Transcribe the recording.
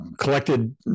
collected